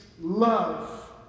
love